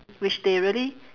which they really